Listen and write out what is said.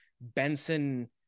Benson